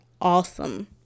awesome